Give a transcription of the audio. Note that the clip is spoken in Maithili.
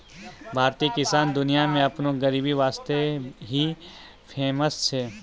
भारतीय किसान दुनिया मॅ आपनो गरीबी वास्तॅ ही फेमस छै